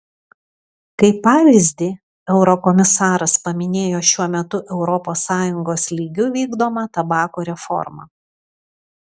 kaip pavyzdį eurokomisaras paminėjo šiuo metu europos sąjungos lygiu vykdomą tabako reformą